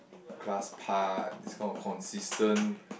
class part this kind of consistent